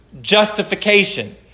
justification